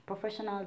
professional